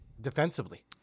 defensively